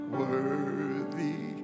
worthy